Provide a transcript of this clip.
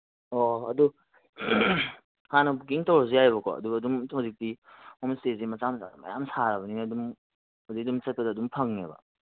ꯑꯣ ꯑꯗꯨ ꯍꯥꯟꯅ ꯕꯨꯀꯤꯡ ꯇꯧꯔꯁꯨ ꯌꯥꯏꯌꯦꯕꯀꯣ ꯑꯗꯨꯒ ꯑꯗꯨꯝ ꯍꯧꯖꯤꯛꯇꯤ ꯍꯣꯝꯤꯁꯇꯦꯁꯤ ꯁꯥꯔꯕꯅꯤꯅ ꯑꯗꯨꯝ ꯍꯧꯖꯤꯛ ꯑꯗꯨꯝ ꯆꯠꯄꯗ ꯑꯗꯨꯝ ꯐꯪꯉꯦꯕ